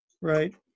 right